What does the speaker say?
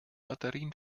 batterien